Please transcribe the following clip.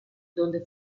donde